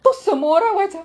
terus semua orang macam